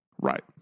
Right